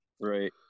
Right